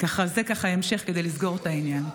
זה ככה המשך, כדי לסגור את העניין.